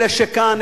אלה שכאן,